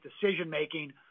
decision-making